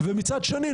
מצד שני,